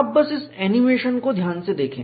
आप बस इस एनीमेशन को ध्यान से देखें